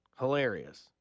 Hilarious